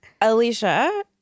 Alicia